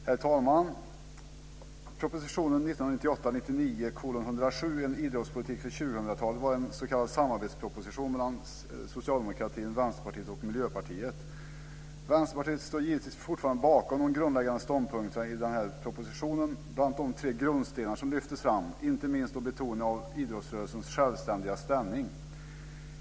Herr talman! Propositionen 1998/99:107 En idrottspolitik för 2000-talet var en s.k. samarbetsproposition mellan Socialdemokraterna, Vänsterpartiet och Miljöpartiet. Vänsterpartiet står givetvis fortfarande bakom de grundläggande ståndpunkterna i denna proposition, bl.a. de tre grundstenar som lyftes fram, inte minst betoningen av idrottsrörelsens självständiga ställning.